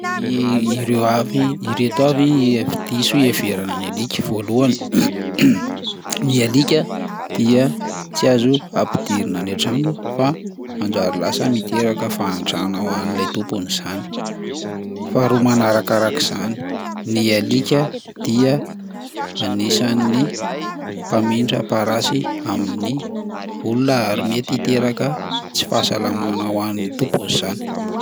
Ireo avy- ireto avy ny hevi-diso iheverana ny alika: voalohany ny alika dia tsy azo ampidirina any an-trano fa manjary lasa miteraka fahantrana ho an'ilay tompony zany, faharoa manarakarak'izany ny alika dia anisan'ny mpamindra parasy amin'ny olona ary mety hiteraka tsy fahasalamana ho an'ny tompony zany.